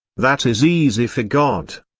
that is easy for god.